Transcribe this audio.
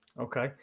Okay